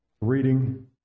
Reading